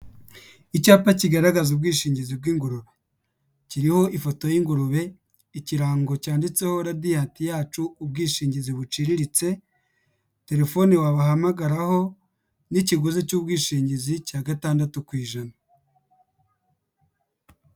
Icyapa kigaragaza ubwishingizi bw'ingurube kiriho ifoto y'ingurube, ikirango cyanditseho Radianti yacu, ubwishingizi buciriritse, telefoni wabahamagaraho n'ikiguzi cy'ubwishingizi cya gatandatu ku ijana.